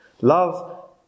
Love